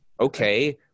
okay